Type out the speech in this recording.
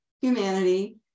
humanity